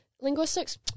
Linguistics